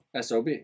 SOB